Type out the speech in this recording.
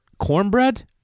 cornbread